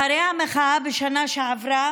אחרי המחאה בשנה שעברה